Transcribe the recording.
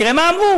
תראה מה אמרו,